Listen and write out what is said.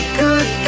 good